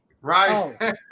Right